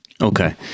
Okay